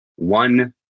One